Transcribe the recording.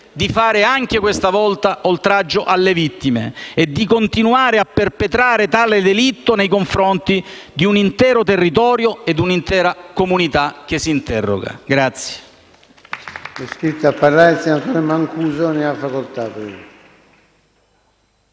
di fare anche questa volta oltraggio alle vittime e di continuare a perpetrare tale delitto nei confronti di un intero territorio e di un'intera comunità che si interroga.